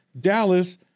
Dallas